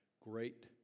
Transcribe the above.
great